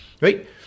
right